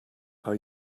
are